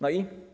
No i?